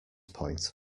point